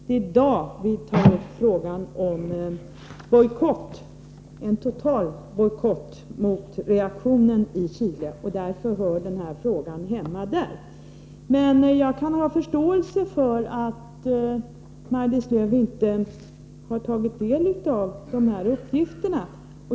Det är i dag vi tar upp frågan om en total bojkott mot reaktionen i Chile, och därför hör den frågan hemma här. Jag kan ha förståelse för att Maj-Lis Lööw inte har tagit del av dessa uppgifter.